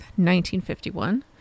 1951